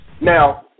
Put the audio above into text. Now